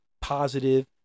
positive